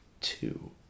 two